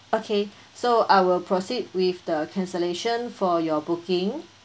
okay so I will proceed with the cancellation for your booking